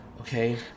Okay